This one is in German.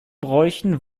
bräuchen